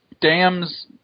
dams